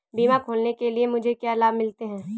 बीमा खोलने के लिए मुझे क्या लाभ मिलते हैं?